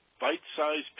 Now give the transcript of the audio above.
bite-sized